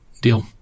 deal